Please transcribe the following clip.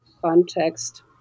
context